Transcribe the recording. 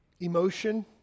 emotion